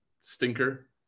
stinker